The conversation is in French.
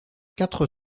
quatre